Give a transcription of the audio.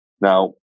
Now